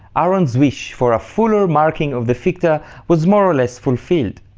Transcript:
aaron's wish for a fuller marking of the ficta was more or less fulfilled.